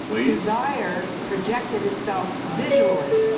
desire projected itself visually,